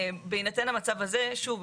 בהינתן המצב הזה שוב,